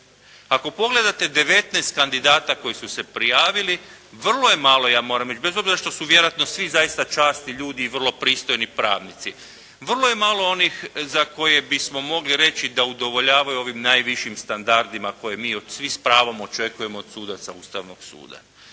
Ako pogledate 19 kandidata koji su se prijavili vrlo je malo ja moram reći, bez obzira što su vjerojatno svi zaista časni ljudi i vrlo pristojni pravnici, vrlo je malo onih za koje bismo mogli reći da udovoljavaju ovim najvišim standardima koje mi s pravom očekujemo od sudaca Ustavnog suda.